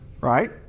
right